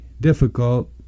difficult